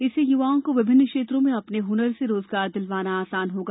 इससे युवाओं को विभिन्न क्षेत्रों में अपने हुनर से रोजगार दिलवाना आसान होगा